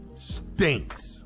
stinks